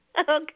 Okay